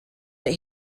that